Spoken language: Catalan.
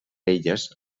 elles